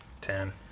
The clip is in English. Ten